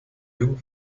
jung